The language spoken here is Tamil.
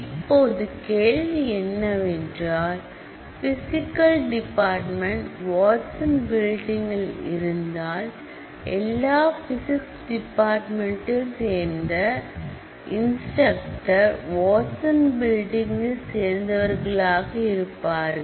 இப்போது கேள்வி என்னவென்றால் பிசிக்ஸ் டிபார்ட்மெண்ட் வாட்சன் பில்டிங்கில் இருந்தால் எல்லா பிசிக்ஸ் டிபார்ட்மெண்டில் சேர்ந்த இன்ஸ் டிரக்டர் வாட்சன் பில்டிங்கில் சேர்ந்தவர்களாக இருப்பார்கள்